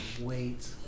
wait